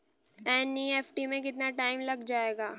NEFT में कितना time लग जाएगा?